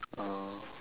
oh